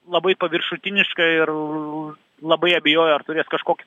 labai paviršutiniškai ir labai abejoju ar turės kažkokį